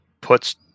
puts